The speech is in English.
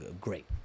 great